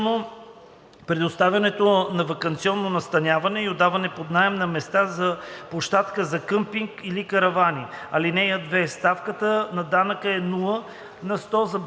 предоставянето на ваканционно настаняване и отдаване под наем на места за площадки за къмпинг или каравани. (2) Ставката на данъка е нула на сто за брашно.